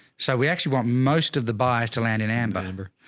so we actually want most of the buyers to land in amber, amber.